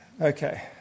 Okay